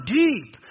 deep